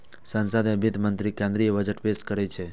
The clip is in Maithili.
संसद मे वित्त मंत्री केंद्रीय बजट पेश करै छै